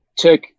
took